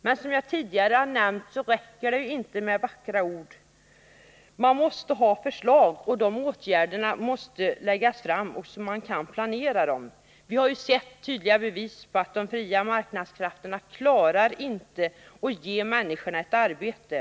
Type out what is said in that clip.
Men som jag tidigare nämnt räcker det inte med vackra ord. Man måste ha förslag, och dessa förslag måste läggas fram, så att åtgärderna kan planeras. Vi har sett tydliga bevis på att de fria marknadskrafterna inte klarar att ge människorna arbete.